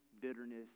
bitterness